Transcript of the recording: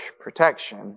protection